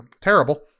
terrible